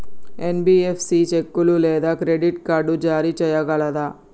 NBFC చెక్కులు లేదా credit card జారీ చేయగలదా?